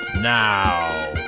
Now